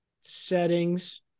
settings